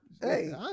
Hey